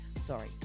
Sorry